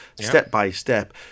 step-by-step